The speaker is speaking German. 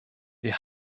wir